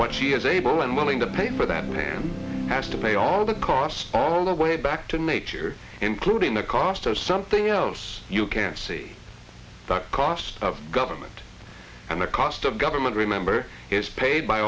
what she is able and willing to pay for that man has to pay all the costs all the way back to nature including the cost of something else you can see the cost of government and the cost of government remember is paid by